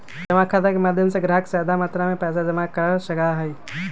जमा खाता के माध्यम से ग्राहक ज्यादा मात्रा में पैसा जमा कर सका हई